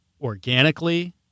organically